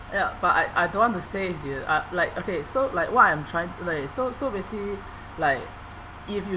ya but I I don't want to say it here like uh okay so like what I'm trying like so so basically like if you